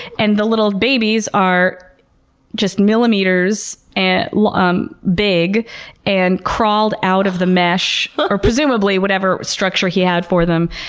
and the little babies are just millimeters and like um big and crawled out of the mesh or presumably whatever structure he had for them.